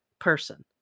person